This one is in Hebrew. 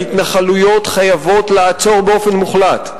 ההתנחלויות חייבות לעצור באופן מוחלט,